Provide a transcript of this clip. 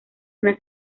una